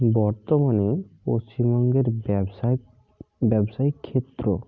বর্তমানে পশ্চিমবঙ্গের ব্যবসায়িক ব্যবসায়িক ক্ষেত্র